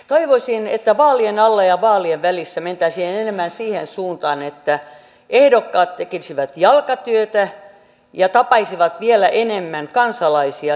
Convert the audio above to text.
toivoisin että vaalien alla ja vaalien välissä mentäisiin enemmän siihen suuntaan että ehdokkaat tekisivät jalkatyötä ja tapaisivat vielä enemmän kansalaisia silmästä silmään